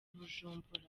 bujumbura